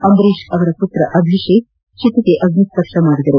ಅಂಬರೀಶ್ ಅವರ ಪುತ್ರ ಅಭಿಷೇಕ್ ಚಿತೆಗೆ ಅಗ್ನಿ ಸ್ಪರ್ಶ ಮಾಡಿದರು